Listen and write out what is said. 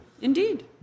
Indeed